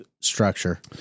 structure